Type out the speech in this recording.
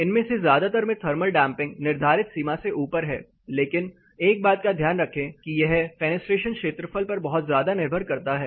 इनमें से ज्यादातर में थर्मल डैंपिंग निर्धारित सीमा से ऊपर है लेकिन एक बात का ध्यान रखें कि यह फेनेस्ट्रेशन क्षेत्रफल पर बहुत ज्यादा निर्भर करता है